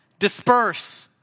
Disperse